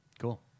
Cool